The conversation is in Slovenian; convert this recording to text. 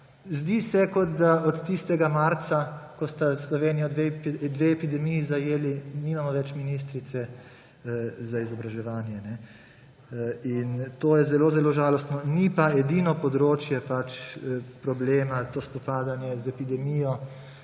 zdi se, kot da od tistega marca, ko sta Slovenijo dve epidemiji zajeli, nimamo več ministrice za izobraževanje. In to je zelo zelo žalostno. Ni pa edino področje pač problem ali to spopadanje z epidemijo,